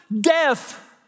death